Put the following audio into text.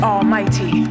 Almighty